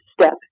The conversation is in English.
step